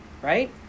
Right